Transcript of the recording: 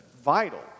vital